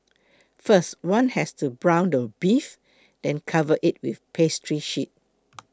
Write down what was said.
first one has to brown the beef then cover it with a pastry sheet